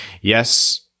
Yes